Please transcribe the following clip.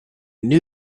knew